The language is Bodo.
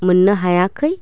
मोननो हायाखै